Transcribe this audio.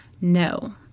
no